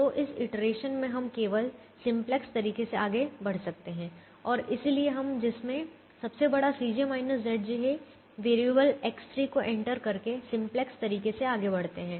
तो इस इटरेशन में हम केवल सिंपलेक्स तरीके से आगे बढ़ सकते हैं और इसलिए हम जिसमें सबसे बड़ा है वेरिएबल X3 को एंटर करके सिंपलेक्स तरीके से आगे बढ़ते हैं